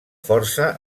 força